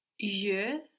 Je